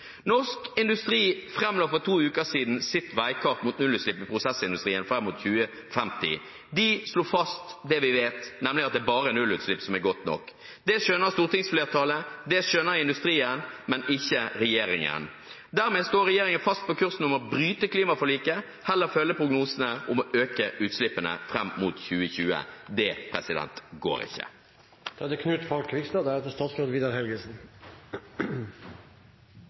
Norsk Industri framla for to uker siden sitt veikart mot nullutslipp i prosessindustrien fram mot 2050. De slo fast det vi vet, nemlig at det er bare nullutslipp som er godt nok. Det skjønner stortingsflertallet, det skjønner industrien, men ikke regjeringen. Dermed står regjeringen fast på kursen om å bryte klimaforliket og heller følge prognosene om å øke utslippene fram mot 2020. Det går